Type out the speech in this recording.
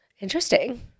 Interesting